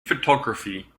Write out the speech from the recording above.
photography